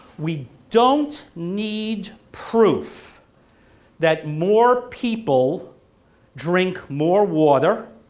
we don't need proof that more people drink more water,